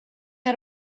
had